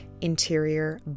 interior